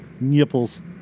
Nipples